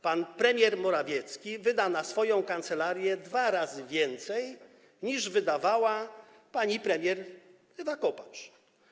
Pan premier Morawiecki wyda na swoją kancelarię dwa raz więcej, niż wydawała pani premier Ewa Kopacz.